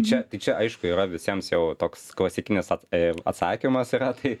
čia tai čia aišku yra visiems jau toks klasikinis at atsakymas yra tai